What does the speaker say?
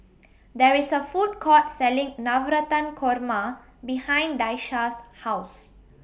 There IS A Food Court Selling Navratan Korma behind Daisha's House